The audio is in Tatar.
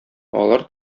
алар